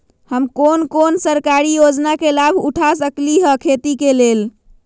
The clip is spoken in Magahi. हम कोन कोन सरकारी योजना के लाभ उठा सकली ह खेती के लेल?